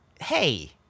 hey